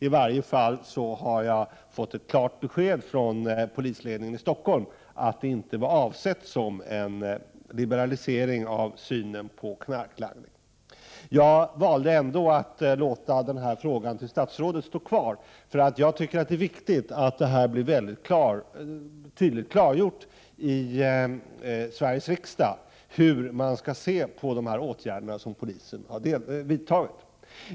I varje fall har jag fått ett klart besked från polisledningen i Stockholm att det inte var avsett som en liberalisering av synen på knarklangning. Jag valde ändå att inte återkalla min fråga till statsrådet, för jag tycker att det är viktigt att tydligt få klargjort i Sveriges riksdag hur man skall se på de åtgärder som polisen har vidtagit.